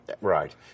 Right